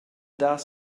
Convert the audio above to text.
dar